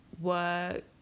work